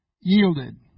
yielded